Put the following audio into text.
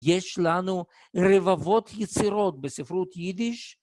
יש לנו רבבות יצירות בספרות יידיש